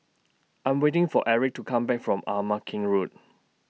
I Am waiting For Erik to Come Back from Ama Keng Road